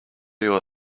your